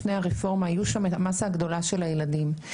לפני הרפורמה, הייתה שם המסה הגדולה של הילדים.